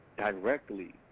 directly